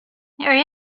harry